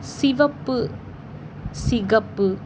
சிவப்பு சிகப்பு